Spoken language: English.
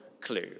clue